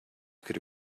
could